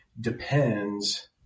depends